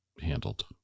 handled